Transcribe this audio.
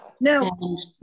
No